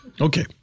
Okay